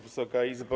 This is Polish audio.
Wysoka Izbo!